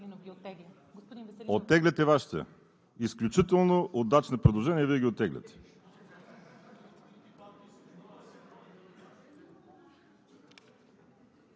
Оттегляте Вашите? Изключително удачни предложения и Вие ги оттегляте?!